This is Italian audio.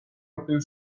open